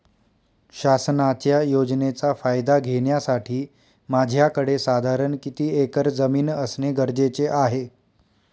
शासनाच्या योजनेचा फायदा घेण्यासाठी माझ्याकडे साधारण किती एकर जमीन असणे गरजेचे आहे?